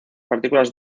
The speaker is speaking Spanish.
partículas